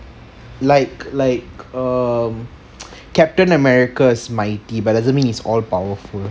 like like um captain america is mighty but doesn't mean he's all powerful